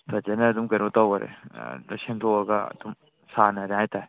ꯐꯖꯅ ꯑꯗꯨꯝ ꯀꯩꯅꯣ ꯇꯧꯈ꯭ꯔꯦ ꯂꯣꯏꯅ ꯁꯦꯝꯗꯣꯛꯑꯒ ꯑꯗꯨꯝ ꯁꯥꯟꯅꯔꯦ ꯍꯥꯏꯇꯥꯔꯦ